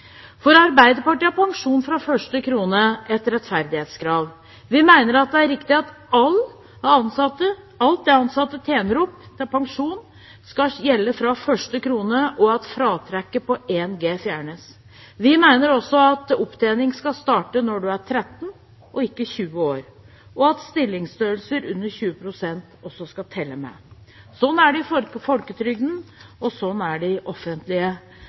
For Arbeiderpartiet er pensjon fra første krone et rettferdighetskrav. Vi mener det er riktig at alt de ansatte tjener opp til pensjon, skal gjelde fra første krone, og at fratrekket på 1 G fjernes. Vi mener også at opptjening skal starte når en er 13 år, og ikke når en er 20, og at stillingsstørrelser under 20 pst. også skal telle med. Slik er det i folketrygden, og sånn er det i offentlige